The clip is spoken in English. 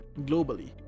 globally